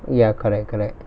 ya correct correct